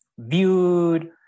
viewed